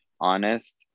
honest